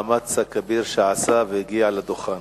אף-על-פי שצו ההקפאה לא תקף בכל הנוגע למבני